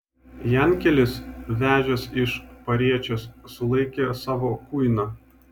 jankelis vežęs iš pariečės sulaikė savo kuiną